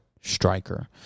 striker